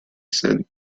said